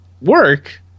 work